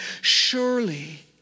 surely